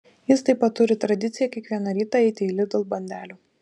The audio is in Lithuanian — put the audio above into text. jis taip pat turi tradiciją kiekvieną rytą eiti į lidl bandelių